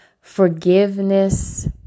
Forgiveness